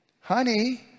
honey